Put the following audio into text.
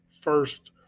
first